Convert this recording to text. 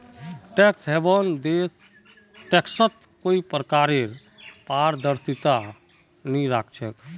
tax haven देश टैक्सत कोई प्रकारक पारदर्शिता नइ राख छेक